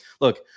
look